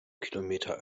kilometer